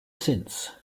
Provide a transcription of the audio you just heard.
since